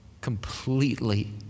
completely